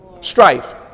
Strife